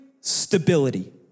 stability